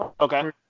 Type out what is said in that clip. okay